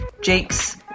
Jake's